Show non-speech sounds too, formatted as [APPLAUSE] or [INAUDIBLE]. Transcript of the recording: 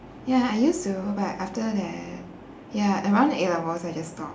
ya I used to but after [NOISE] ya around A levels I just stop